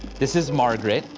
this is margaret.